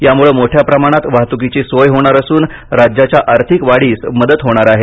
यामुळे मोठ्या प्रमाणात वाहतुकीची सोय होणार असून राज्याच्या आर्थिक वाढीस मदत होणार आहे